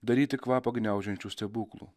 daryti kvapą gniaužiančių stebuklų